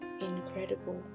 incredible